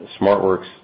SmartWorks